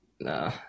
nah